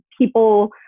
people